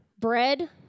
bread